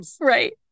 right